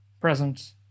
present